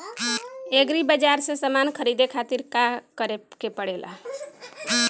Agri bazaar से समान ख़रीदे खातिर का करे के पड़ेला?